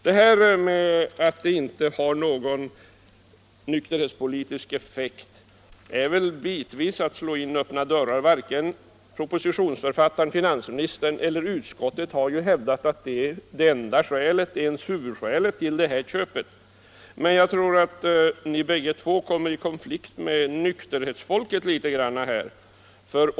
Påståendet att köpet inte får någon nykterhetspolitisk effekt är väl delvis att slå in öppna dörrar. Varken propositionsförfattaren — finansministern — eller utskottet har hävdat att det är det enda eller ens huvudsakliga skälet till köpet. Men jag tror att de båda föregående talarna här kommer i konflikt med nykterhetsfolket.